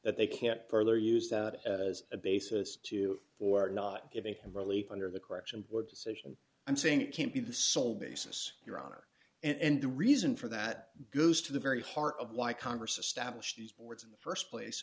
that they can't further use that as a basis to for not giving him relief under the correction or decision and saying it can't be the sole basis your honor and the reason for that goes to the very heart of why congress established these boards in the st place